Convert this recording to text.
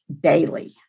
daily